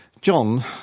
John